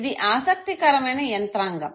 ఇది ఆసక్తికరమైన యంత్రాంగం